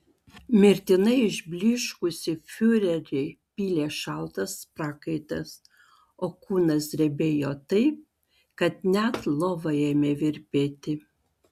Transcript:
mirtinai išblyškusį fiurerį pylė šaltas prakaitas o kūnas drebėjo taip kad net lova ėmė virpėti